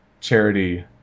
charity